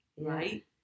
right